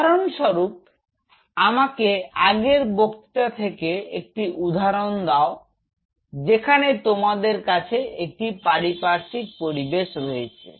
উদাহরণ স্বরূপ আমাকে আগের বক্তৃতা থেকে একটি উদাহরণ দাও যেখানে তোমাদের কাছে একটি পারিপার্শ্বিক পরিবেশ রয়েছে